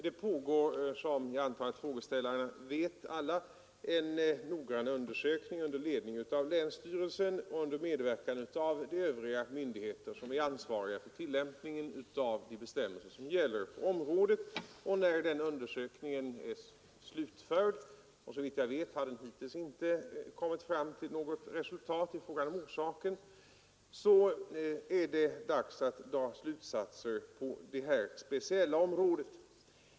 Det pågår, som jag antar att alla frågeställarna vet, en noggrann undersökning under ledning av länsstyrelsen och under medverkan av de övriga myndigheter som är ansvariga för tillämpningen av de bestämmelser som gäller på området, och när den undersökningen är slutförd — såvitt jag vet har den hittills inte kommit fram till något resultat i fråga om orsakerna — är det dags att dra slutsatser på det här speciella området.